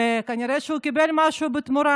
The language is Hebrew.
וכנראה שהוא קיבל משהו בתמורה.